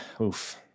oof